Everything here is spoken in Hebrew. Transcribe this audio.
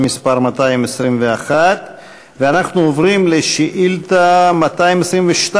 מס' 221. ואנחנו עוברים לשאילתה 222,